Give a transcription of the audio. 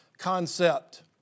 concept